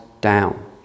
down